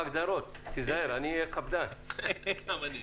הצו נפתח מתחת לכותרת: